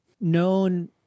known